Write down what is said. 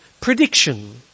prediction